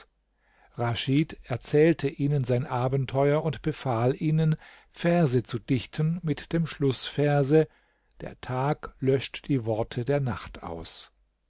raschid erzählte ihnen sein abenteuer und befahl ihnen verse zu dichten mit dem schlußverse der tag löscht die worte der nacht aus